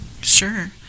Sure